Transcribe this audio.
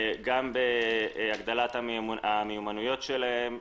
גם בהגדלת המיומנויות שלהם,